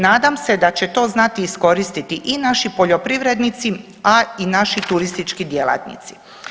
Nadam se da će to znati iskoristiti i naši poljoprivrednici, a i naši turistički djelatnici.